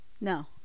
no